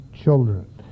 children